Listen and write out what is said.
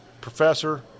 professor